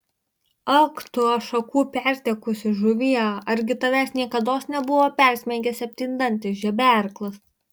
ak tu ašakų pertekusi žuvie argi tavęs niekados nebuvo persmeigęs septyndantis žeberklas